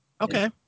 Okay